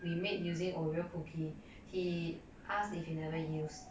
we made using oreo cookie he asked if you never use